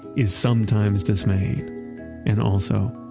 is sometimes dismaying and also,